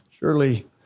Surely